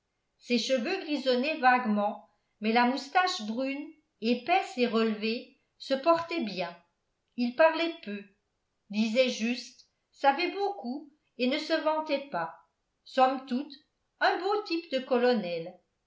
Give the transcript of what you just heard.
ses cheveux grisonnaient vaguement mais la moustache brune épaisse et relevée se portait bien il parlait peu disait juste savait beaucoup et ne se vantait pas somme toute un beau type de colonel